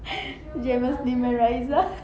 jamus lim raeesah